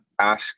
ask